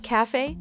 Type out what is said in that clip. Cafe